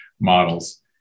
models